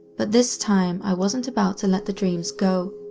but this time i wasn't about to let the dreams go.